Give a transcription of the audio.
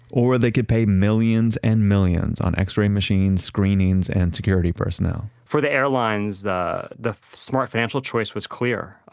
or they could pay millions and millions on x-ray machines, screenings and security personnel for the airlines, the the smart financial choice was clear.